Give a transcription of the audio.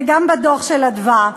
וגם בדוח של "מרכז אדוה".